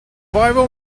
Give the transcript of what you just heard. viral